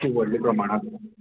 अशें व्हडल्या प्रमाणांत